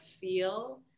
feel